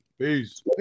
Peace